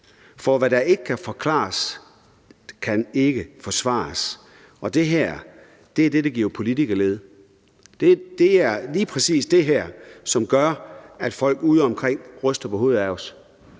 For hvad der ikke kan forklares, kan ikke forsvares, og det her er det, der giver politikerlede. Det er lige præcis det her, som gør, at folk udeomkring ryster på hovedet ad os.